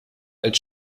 als